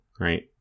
right